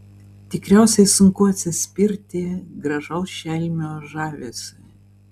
tikriausiai sunku atsispirti gražaus šelmio žavesiui